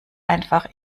einfach